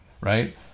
right